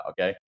Okay